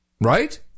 Right